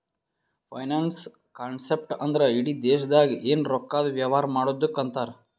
finance concept ಅಂದ್ರ ಇಡಿ ದೇಶ್ದಾಗ್ ಎನ್ ರೊಕ್ಕಾದು ವ್ಯವಾರ ಮಾಡದ್ದುಕ್ ಅಂತಾರ್